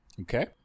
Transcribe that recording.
Okay